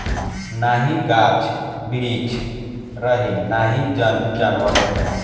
नाही गाछ बिरिछ रही नाही जन जानवर रही